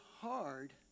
hard